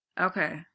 Okay